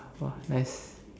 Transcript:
!wah! nice